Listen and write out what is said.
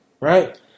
Right